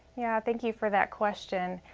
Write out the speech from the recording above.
yeah thank you for that question.